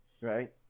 Right